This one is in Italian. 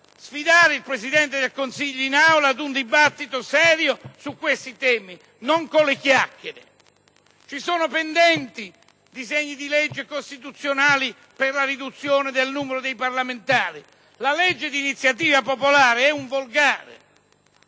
sfidare il Presidente del Consiglio in Aula ad un dibattito serio su questi temi, non con le chiacchiere. Sono pendenti disegni di legge costituzionali per la riduzione del numero dei parlamentari. La legge di iniziativa popolare è un volgare